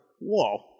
Whoa